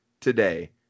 today